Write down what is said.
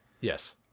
Yes